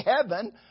heaven